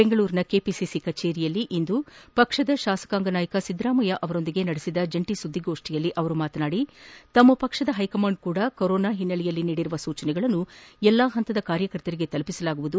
ಬೆಂಗಳೂರಿನ ಕೆಪಿಸಿಸಿ ಕಚೇರಿಯಲ್ಲಿ ಇಂದು ಪಕ್ಷದ ಶಾಸಕಾಂಗ ನಾಯಕ ಸಿದ್ದರಾಮಯ್ಯ ಅವರೊಂದಿಗೆ ನಡೆಸಿದ ಜಂಟಿ ಸುದ್ದಿಗೋಷ್ಠಿಯಲ್ಲಿ ಮಾತನಾಡಿದ ಅವರು ತಮ್ಮ ಪಕ್ಷದ ಹೈಕಮಾಂಡ್ ಸಪ ಕೊರೊನಾ ಹಿನ್ನೆಲೆಯಲ್ಲಿ ನೀಡಿರುವ ಸೂಚನೆಗಳನ್ನು ಎಲ್ಲಾ ಹಂತದ ಕಾರ್ಯಕರ್ತರಿಗೆ ತಲುಪಿಸಲಾಗುವುದು